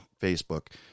Facebook